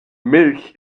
milch